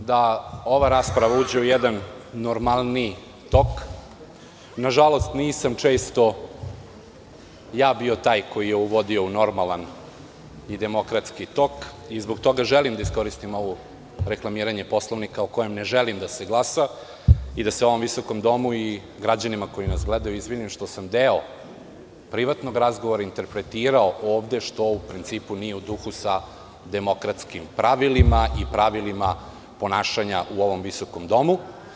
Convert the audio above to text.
U duhu da ova rasprava uđe u jedan normalniji tok, nažalost, nisam često bio taj koji je uvodio u normalan i demokratski tok i zbog tega želim da iskoristim ovo reklamiranje Poslovnika o kojem ne želim da se glasa i da se ovom visokom domu i građanima koji nas gledaju izvinim što sam deo privatnog razgovora interpretirao ovde, što u principu nije u duhu sa demokratskim pravilima i pravilima ponašanja u ovom visokom domu.